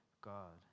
God